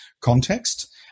context